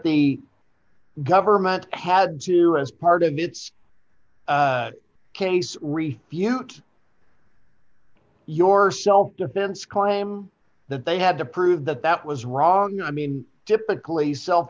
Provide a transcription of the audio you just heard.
the government had to as part of its case refute your self defense claim that they had to prove that that was wrong i mean typically self